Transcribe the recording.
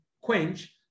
quench